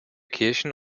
kirchen